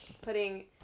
putting